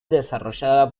desarrollada